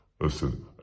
Listen